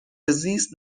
زیست